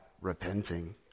repenting